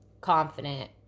confident